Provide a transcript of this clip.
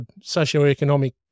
socioeconomic